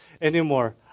anymore